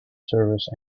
service